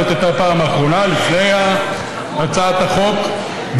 זאת הייתה הפעם האחרונה לפני הצעת החוק,